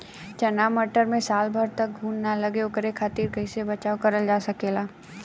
चना मटर मे साल भर तक घून ना लगे ओकरे खातीर कइसे बचाव करल जा सकेला?